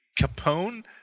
Capone